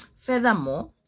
Furthermore